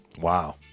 Wow